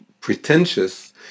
pretentious